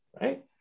right